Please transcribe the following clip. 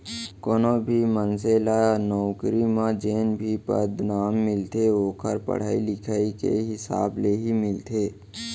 कोनो भी मनसे ल नउकरी म जेन भी पदनाम मिलथे ओखर पड़हई लिखई के हिसाब ले ही मिलथे